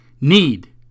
need